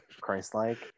Christ-like